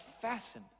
fasten